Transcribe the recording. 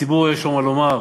לציבור יש מה לומר.